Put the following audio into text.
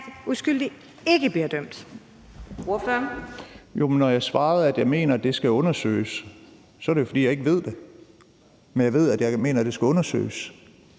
uskyldige ikke bliver dømt?